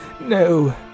No